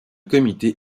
comité